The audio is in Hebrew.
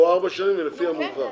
פה ארבע שנים זה לפי המאוחר.